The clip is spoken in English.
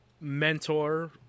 mentor